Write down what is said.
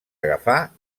agafar